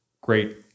great